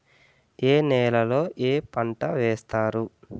ఏ నేలలో ఏ పంట వేస్తారు?